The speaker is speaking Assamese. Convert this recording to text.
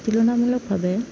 তুলনামূলকভাৱে